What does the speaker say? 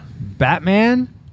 Batman